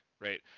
Right